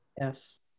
Yes